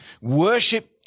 worship